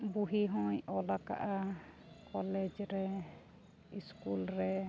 ᱵᱩᱦᱤ ᱦᱚᱸᱭ ᱚᱞ ᱟᱠᱟᱜᱼᱟ ᱠᱚᱞᱮᱡᱽ ᱨᱮ ᱥᱠᱩᱞ ᱨᱮ